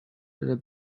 the